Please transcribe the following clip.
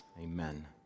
amen